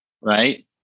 Right